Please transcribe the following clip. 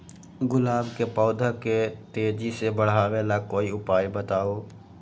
गुलाब के पौधा के तेजी से बढ़ावे ला कोई उपाये बताउ?